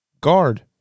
guard